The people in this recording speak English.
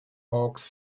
hawks